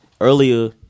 Earlier